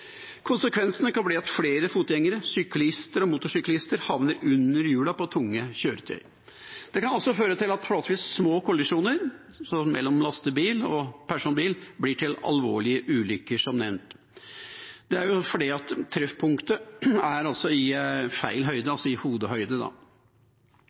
kan bli at flere fotgjengere, syklister og motorsyklister havner under hjulene på tunge kjøretøy. Det kan som nevnt også føre til at forholdsvis små kollisjoner mellom lastebil og personbil blir til alvorlige ulykker. Det er fordi treffpunktet er i feil høyde,